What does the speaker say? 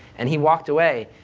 and he walked away,